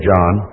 John